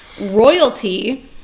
royalty